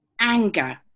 anger